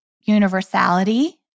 universality